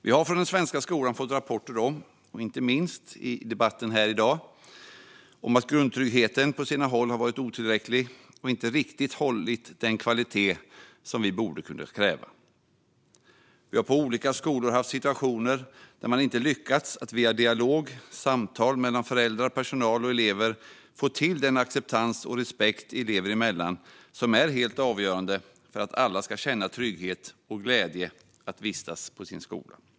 Vi har från den svenska skolan fått rapporter, inte minst i debatten här i dag, om att grundtryggheten på sina håll har varit otillräcklig och inte riktigt hållit den kvalitet som vi borde kunna kräva. Vi har på olika skolor haft situationer där man inte har lyckats att via dialog och samtal mellan föräldrar, personal och elever få till den acceptans och respekt elever emellan som är avgörande för att alla ska känna trygghet och glädje i att vistas på sin skola.